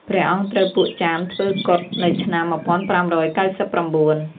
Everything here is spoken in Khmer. ព្រះអង្គត្រូវពួកចាមធ្វើគុតនៅឆ្នាំ ១៥៩៩។